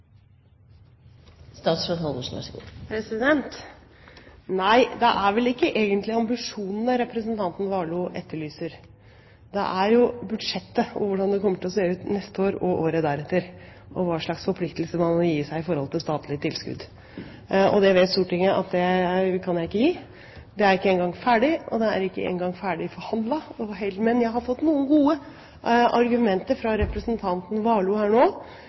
Det er vel ikke egentlig ambisjonene representanten Warloe etterlyser. Det er jo budsjettet, og hvordan det kommer til å se ut neste år og året deretter, og hva slags forpliktelser man vil gi i forhold til statlige tilskudd. Det vet Stortinget at jeg ikke kan gi. Budsjettet er ikke engang ferdig, og det er ikke engang ferdigforhandlet. Men jeg har fått noen gode argumenter fra representanten Warloe her nå,